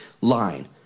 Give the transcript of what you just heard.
line